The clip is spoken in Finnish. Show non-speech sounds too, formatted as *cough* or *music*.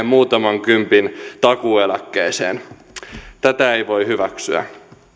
*unintelligible* muutaman kympin takuueläkkeeseen tätä ei voi hyväksyä